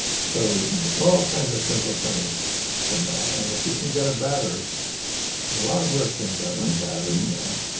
so all kinds of simple things from that and if you can get a battery there's a lot of work being done on batteries now.